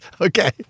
Okay